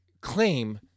claim